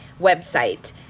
website